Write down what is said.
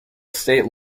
state